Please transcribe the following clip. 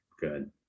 Good